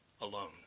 alone